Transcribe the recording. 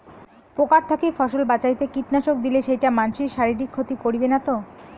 পোকার থাকি ফসল বাঁচাইতে কীটনাশক দিলে সেইটা মানসির শারীরিক ক্ষতি করিবে না তো?